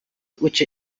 which